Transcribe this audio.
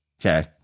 Okay